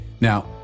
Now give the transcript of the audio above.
Now